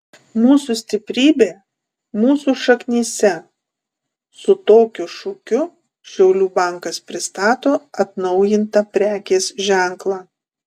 mūsų stiprybė mūsų šaknyse su tokiu šūkiu šiaulių bankas pristato atnaujintą prekės ženklą